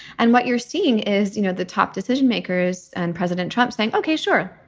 and what you're seeing is you know the top decision makers and president trump saying, ok, sure,